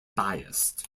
biased